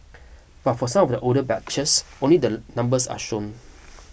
but for some of the older batches only the numbers are shown